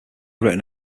written